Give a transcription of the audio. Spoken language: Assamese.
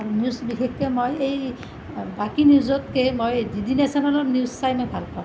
নিউজ বিশেষকৈ মই এই বাকী নিউজতকৈ মই ডি ডি নেশ্যনেলৰ নিউজ চাই মই ভাল পাওঁ